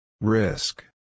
Risk